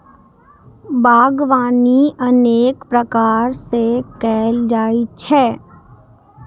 बागवानी अनेक प्रकार सं कैल जाइ छै